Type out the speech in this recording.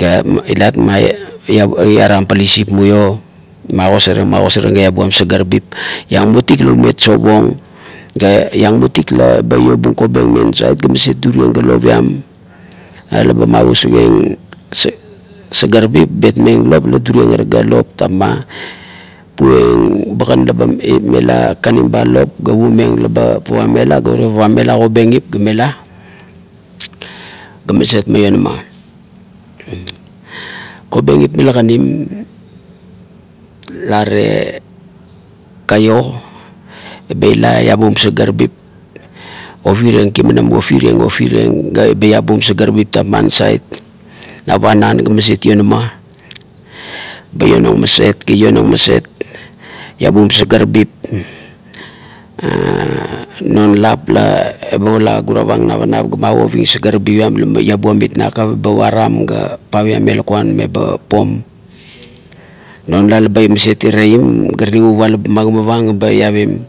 Ga ilat iaram palisip muo, magosarieng magosarieng ga iabuam sagarabip, iang mutik la umet sapong ga iang mutik la u ba iobung kobeng me nasait ga maset duri ieng ga lopiam. Laba mavusuk ieng sagarabip, bet meng lop la bar durieng ara ga lop tapina, puo ieng bagan la ba mela kakanim ba lop ga puomeng ba pavanmela ga urie pavanmela kobengip ga mela, ga maset meonama kobengip mila kanim gare kaio, ime ila iabum sagarabip, ofirieng kimanam, ofirieng, ofirieng ga ba labum sagarabip tapma nasait na panan ga maset ionama ba ionang maset ga ionang maset iabum sagarabip "ur" non lap leba pala guravang napanap ga magovim sagarabip iam la iabuam it nakap ba param ga paviam me lakuan me ba poin. Non lap la ba maset iraim ga talekan puovang la ba magimavang ga ba iavim.